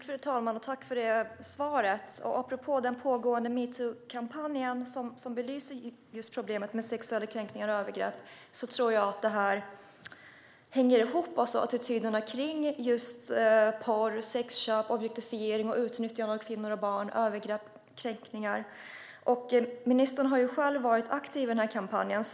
Fru talman! Tack för svaret! Apropå den pågående metoo-kampanjen, som belyser just problemet med sexuella kränkningar och övergrepp, tror jag att det hela hänger ihop. Det handlar om attityderna till porr, sexköp, objektifiering och utnyttjande av kvinnor och barn, övergrepp och kränkningar. Ministern har själv varit aktiv i kampanjen.